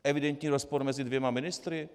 Evidentní rozpor mezi dvěma ministry?